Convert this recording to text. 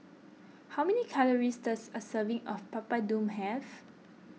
how many calories does a serving of Papadum have